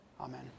Amen